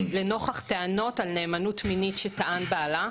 לנוכח טענות על נאמנות מינית שטען בעלה,